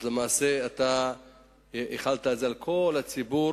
למעשה החלת את זה על כל הציבור,